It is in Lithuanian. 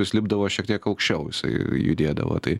jis lipdavo šiek tiek aukščiau jisai judėdavo tai